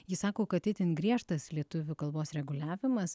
ji sako kad itin griežtas lietuvių kalbos reguliavimas